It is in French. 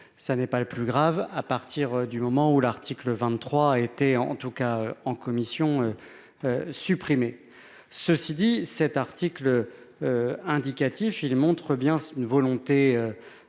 ça n'est pas le plus grave, à partir du moment où l'article 23 été en tout cas en commission supprimer ceci dit cet article indicatif, il montre bien une volonté